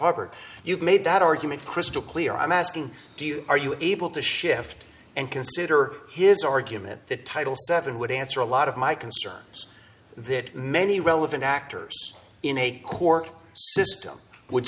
harvard you've made that argument crystal clear i'm asking do you are you able to shift and consider his argument that title seven would answer a lot of my concerns that many relevant actors in a court system would